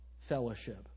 fellowship